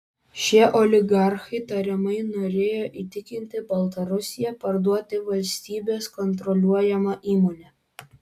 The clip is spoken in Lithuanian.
šie oligarchai tariamai norėjo įtikinti baltarusiją parduoti valstybės kontroliuojamą įmonę